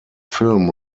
film